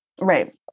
right